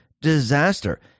disaster